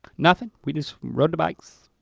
nothing, we just rode the bikes.